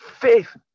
Faith